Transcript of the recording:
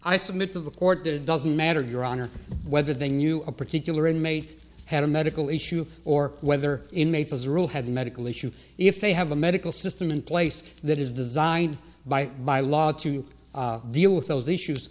i submit to the court that it doesn't matter your honor whether they knew a particular inmate had a medical issue or whether inmates as a rule had medical issues if they have a medical system in place that is designed by by law to deal with those issues